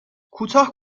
کوتاه